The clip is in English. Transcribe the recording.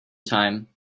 time